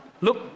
look